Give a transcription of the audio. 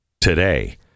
today